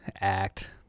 Act